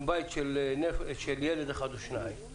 בית שיש בו ילד אחד או שניים,